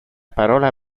parola